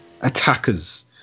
attackers